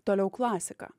toliau klasika